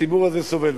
הציבור הזה סובל.